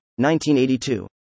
1982